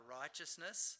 righteousness